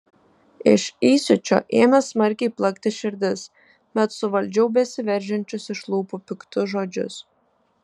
iš įsiūčio ėmė smarkiai plakti širdis bet suvaldžiau besiveržiančius iš lūpų piktus žodžius